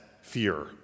fear